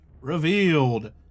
revealed